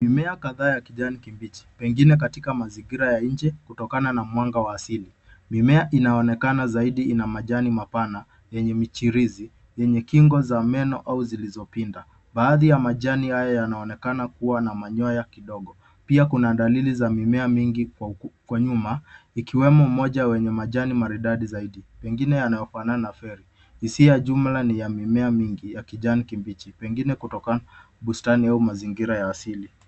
Mimea kadhaa ya kijani kibichi pengine katika mazingira ya nje kutokana na mwanga wa asili. Mimea inaonekana zaidi ina majani mapana yenye michirizi yenye kingo za meno au zilizo pinda. Baadhi ya majani hayo yanaonekana kuwa na manyoya kidogo pia kuna dalili za mimea mingi kwa nyuma ikiwemo moja wenye majani maridadi zaidi pengine yanayo fanana na feri. Hisia ya jumla ni ya mimea mingi ya kijani kibichi pengine kutokana na bustani au mazingira ya wasili.